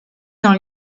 dans